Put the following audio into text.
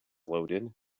loaded